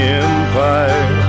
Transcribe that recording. empire